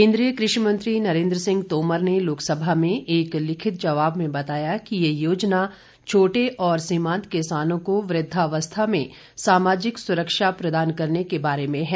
केन्द्रीय कृषि मंत्री नरेन्द्र सिंह तोमर ने लोकसभा में एक लिखित जवाब में बताया कि यह योजना छोटे और सीमान्त किसानों को वृद्धावस्था में सामाजिक सुरक्षा प्रदान करने के बारे में है